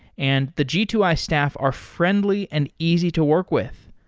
and the g two i staff are friendly and easy to work with.